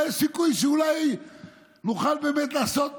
יש סיכוי שאולי נוכל באמת לעשות משהו.